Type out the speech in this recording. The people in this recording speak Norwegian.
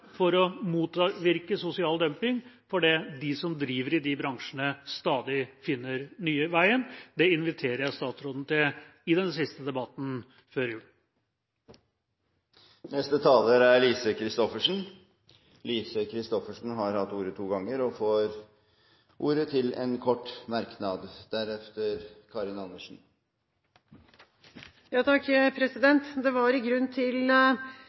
for å motvirke sosial dumping, fordi de som driver i disse bransjene, stadig finner nye veier. Det inviterer jeg statsråden til i den siste debatten før jul. Representanten Lise Christoffersen har hatt ordet to ganger tidligere i debatten og får ordet til en kort merknad, begrenset til 1 minutt. Også jeg har lyst til å knytte en kommentar til